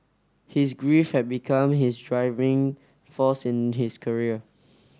his grief had become his driving force in his career